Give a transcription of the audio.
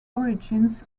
origins